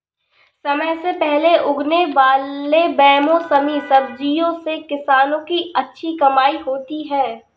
समय से पहले उगने वाले बेमौसमी सब्जियों से किसानों की अच्छी कमाई होती है